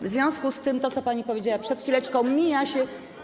W związku z tym to, co pani powiedziała przed chwileczką, mija się.